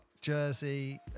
jersey